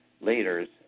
leaders